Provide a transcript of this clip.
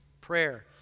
Prayer